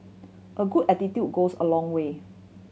a good attitude goes a long way